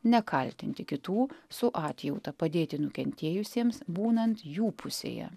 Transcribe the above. nekaltinti kitų su atjauta padėti nukentėjusiems būnant jų pusėje